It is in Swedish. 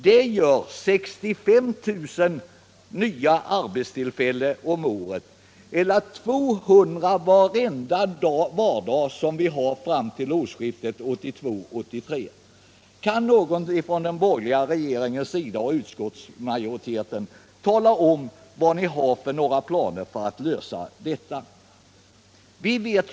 Det gör 65 000 nya arbetstillfällen om året eller över 200 varje vardag fram till årsskiftet 1982-1983. Kan någon i den borgerliga regeringen eller utskottsmajoriteten tala om vilka planer ni har för att infria dessa löften?